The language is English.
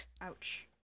Ouch